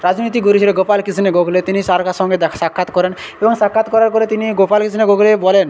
রাজনীতি করেছিল গোপালকৃষ্ণ গোখলে তিনি সঙ্গে দেখা সাক্ষাৎ করেন এবং সাক্ষাৎ করার পরে তিনি গোপালকৃষ্ণ গোখলে বলেন